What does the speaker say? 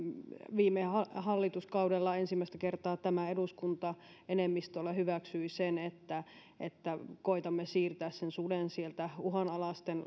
viime hallituskaudella ensimmäistä kertaa tämä eduskunta enemmistöllä hyväksyi sen että että koetamme siirtää suden sieltä uhanalaisten